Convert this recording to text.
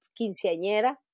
quinceañera